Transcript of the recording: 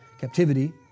captivity